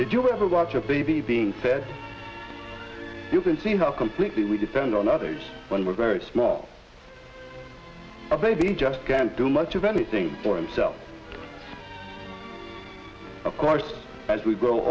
did you ever watch a baby being said you can see how completely we depend on others when we're very small a baby just can't do much of anything for himself of course as we grow